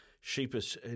sheepish